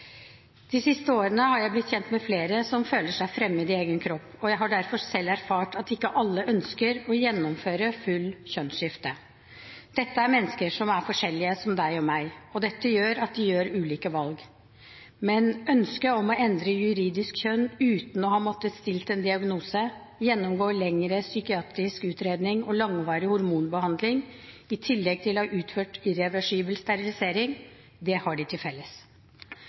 De siste årene har jeg blitt kjent med flere som føler seg fremmed i egen kropp, og jeg har derfor selv erfart at ikke alle ønsker å gjennomføre fullt kjønnsskifte. Dette er mennesker som er forskjellige som deg og meg, og dette gjør at de gjør ulike valg. Men ønsket om å endre juridisk kjønn uten å ha måttet få stilt en diagnose, gjennomgå lengre psykiatrisk utredning og langvarig hormonbehandling, i tillegg til å ha utført irreversibel sterilisering, det har de til felles.